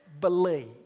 believe